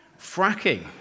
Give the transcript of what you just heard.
Fracking